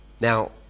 Now